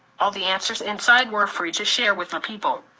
all the answers inside were free to share with the people.